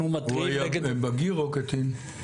ואנחנו -- הוא היה בגיר, או קטין?